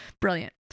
brilliant